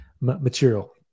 material